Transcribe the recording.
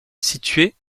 située